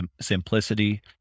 simplicity